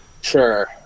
Sure